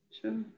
Sure